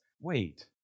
wait